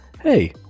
Hey